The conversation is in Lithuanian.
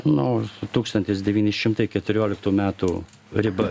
nu tūkstantis devyni šimtai keturioliktų metų ribas